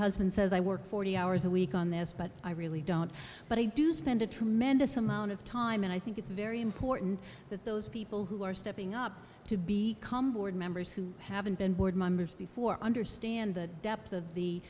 husband says i work forty hours a week on this but i really don't but i do spend a tremendous amount of time and i think it's very important that those people who are stepping up to be calm board members who haven't been board members before i understand the depth of the